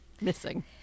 missing